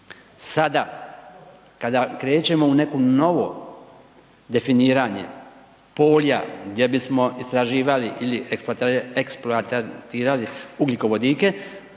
Sada kada krećemo u neko novo definiranje polja gdje bismo istraživali ili eksploatirali ugljikovodike,